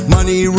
Money